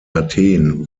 athen